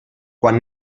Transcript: quan